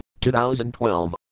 2012